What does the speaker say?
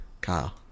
Kyle